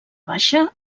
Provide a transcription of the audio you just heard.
baixa